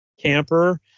camper